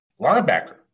Linebacker